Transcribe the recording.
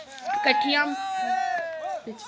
कट्ठियां